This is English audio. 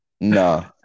No